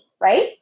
right